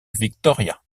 victoria